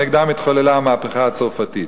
שנגדם התחוללה המהפכה הצרפתית,